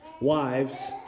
wives